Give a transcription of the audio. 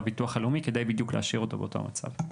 לביטוח הלאומי כדי להשאיר אותו בדיוק באותו מצב.